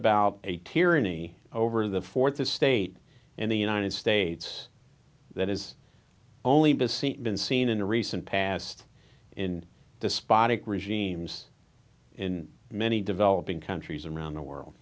about a tyranny over the fourth estate in the united states that is only been seen been seen in the recent past in despotic regimes in many developing countries around the world